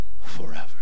forever